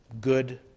good